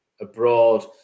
abroad